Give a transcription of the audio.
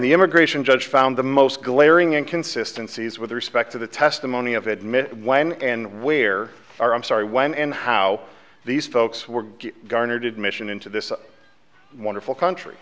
the immigration judge found the most glaring inconsistency is with respect to the testimony of admit when and where are i'm sorry when and how these folks were garnered admission into this wonderful country